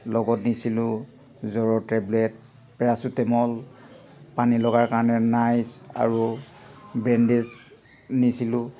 লগত নিছিলোঁ জ্বৰৰ টেবলেট পেৰাচিটেমল পানী লগাৰ কাৰণে নাইচ আৰু ব্ৰেণ্ডেজ নিছিলোঁ